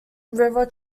river